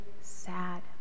sad